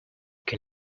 can